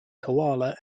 koala